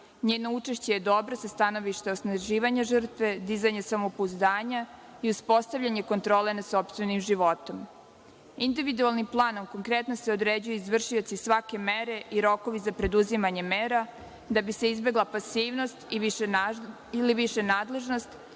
NJeno učešće je dobro sa stanovišta osnaživanja žrtve, dizanja samopouzdanja i uspostavljanja kontrole nad sopstvenim životom. Individualnim planom konkretno se određuju izvršioci svake mere i rokovi za preduzimanje mera da bi se izbegla pasivnost ili višenadležnost,